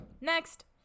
Next